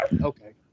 okay